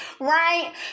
right